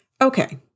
Okay